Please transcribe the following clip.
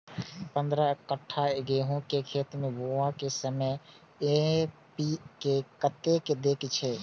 पंद्रह कट्ठा गेहूं के खेत मे बुआई के समय एन.पी.के कतेक दे के छे?